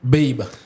Babe